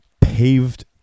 paved